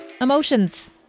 Emotions